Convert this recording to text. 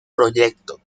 proyecto